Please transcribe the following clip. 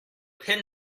pin